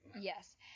Yes